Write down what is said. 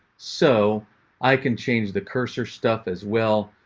so i can change the cursor stuff as well.